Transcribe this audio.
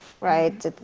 right